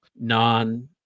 non